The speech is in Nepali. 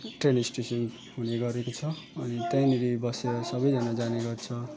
ट्रेन स्टेसन हुने गरेको छ अनि त्यहीँनिर बसेर सबैजना जाने गर्छ